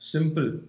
Simple